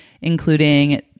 including